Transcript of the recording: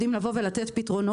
שהם יודעים לבוא ולתת פתרונות,